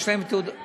יש להם תעודות,